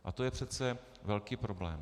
A to je přece velký problém.